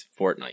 Fortnite